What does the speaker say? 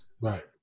Right